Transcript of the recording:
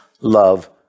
love